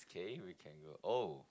it's okay we can go oh